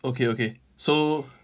okay okay so